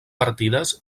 partides